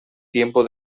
tiempo